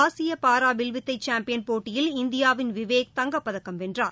ஆசிய பாரா வில்வித்தை சாம்பியன் போட்டியில் இந்தியாவின் விவேக் தங்கப் பதக்கம் வென்றார்